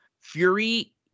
Fury